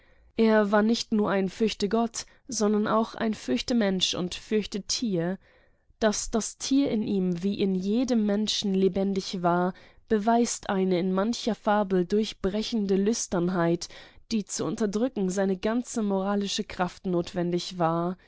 er war nicht nur ein fürchtegott sondern auch ein fürchtemensch und fürchtetier daß das tier in ihm wie in jedem menschen lebendig war beweist eine in mancher fabel durchbrechende lüsternheit die zu unterdrücken seine ganze moralische kraft notwendig war